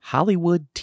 Hollywood